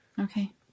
okay